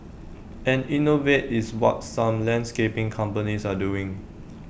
and innovate is what some landscaping companies are doing